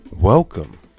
welcome